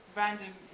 random